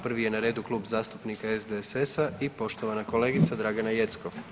Prvi je na redu Klub zastupnika SDSS-a i poštovana kolegica Dragana Jeckov.